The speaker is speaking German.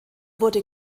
wurde